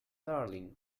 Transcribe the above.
darling